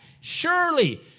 Surely